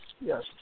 Yes